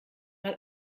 mal